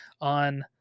on